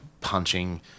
punching